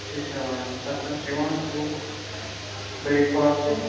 چھِ أسۍ ہیوان تَتھ مَنٛز چھِ یِوان صُبحُک برٛیک فاسٹ